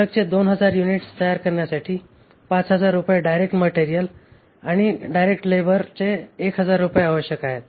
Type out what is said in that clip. प्रोडक्टचे 2000 युनिट्स तयार करण्यासाठी 5000 रुपये डायरेक्ट मटेरियल आणि डायरेक्ट लेबरचे 1000 रुपये आवश्यक आहेत